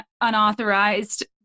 unauthorized